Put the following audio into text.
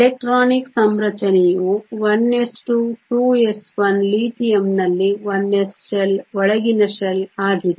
electronic ಸಂರಚನೆಯು 1s2 2s1 ಲಿಥಿಯಂನಲ್ಲಿ 1s shell ಒಳಗಿನ ಶೆಲ್ ಆಗಿದೆ